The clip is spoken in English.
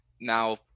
now